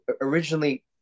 originally